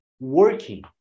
working